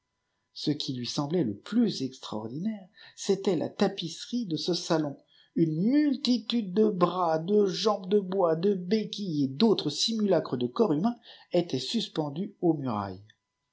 ce qui lui semblait le plus extraordinaire c'était la tapisserie de ce salon une multitude de bras de jambes de bois de béquilles et d'autres simulacres de corpis humaiiis étaient suspendus aux murailles